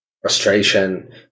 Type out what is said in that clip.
frustration